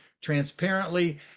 transparently